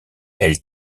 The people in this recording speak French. elle